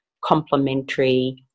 complementary